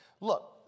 look